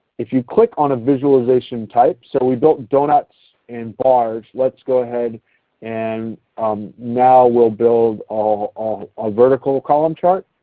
if you click on a visualization type, so we built donuts and bars. let's go ahead and now we will build um um a vertical column chart,